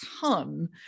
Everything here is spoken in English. ton